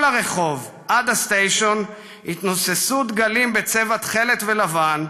כל הרחוב עד הסטיישן התנוססו דגלים בצבע תכלת ולבן,